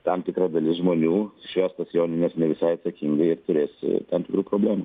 tam tikra dalis žmonių švęs tas jonines ne visai atsakingai ir turės tam tikrų problemų